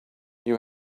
you